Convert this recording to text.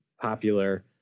popular